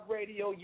Radio